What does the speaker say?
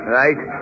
right